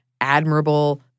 admirable